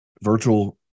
virtual